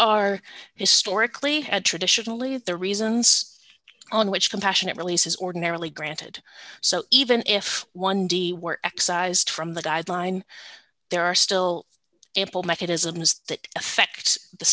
are historically had traditionally the reasons on which compassionate release is ordinarily granted so even if one d were excised from the guideline there are still able mechanisms that affect the